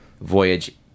voyage